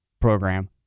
program